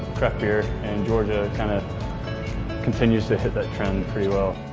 craft beer in georgia kinda continues to hit that trend pretty well.